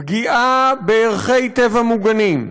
פגיעה בערכי טבע מוגנים,